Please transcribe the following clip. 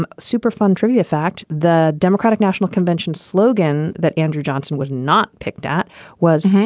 um super fun trivia fact. the democratic national convention slogan that andrew johnson was not picked at was.